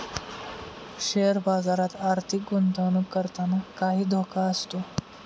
share बाजारात आर्थिक गुंतवणूक करताना काही धोका असतो